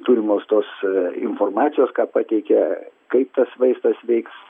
turimos tos informacijos ką pateikia kaip tas vaistas veiks